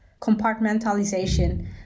compartmentalization